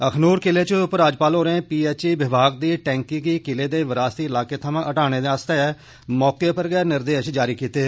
अखूनर किले च उप राज्यपाल होरें पी एच ई विभाग दी टैंकी गी किले दे विरासती इलाके थमां हटाने आस्तै मौके पर गै निर्देश दिते